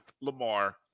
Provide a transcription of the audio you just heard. Lamar